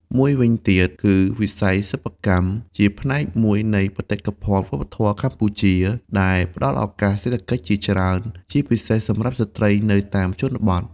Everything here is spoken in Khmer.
មួយវិញទៀតគឺ វិស័យសិប្បកម្ម ជាផ្នែកមួយនៃបេតិកភណ្ឌវប្បធម៌កម្ពុជា ដែលផ្តល់ឱកាសសេដ្ឋកិច្ចជាច្រើន ពិសេសសម្រាប់ស្ត្រីនៅតាមជនបទ។